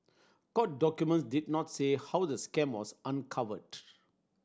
court documents did not say how the scam was uncovered